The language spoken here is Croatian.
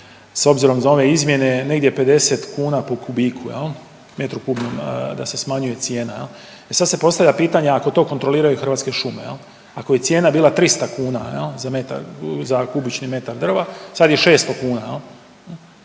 s obzirom za ove izmjene negdje 50 kuna po kubiku metru kubnom da se smanjuje cijena. E sad se postavlja pitanje ako to kontroliraju Hrvatske šume, ako je cijena bila 300 kuna za kubični metar drva, sad je 600 kuna,